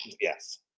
Yes